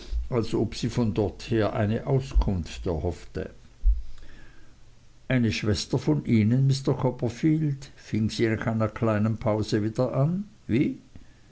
als ob sie von dort her eine auskunft erhoffte eine schwester von ihnen mr copperfield fing sie nach einer kleinen pause wieder an wie